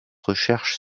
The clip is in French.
recherches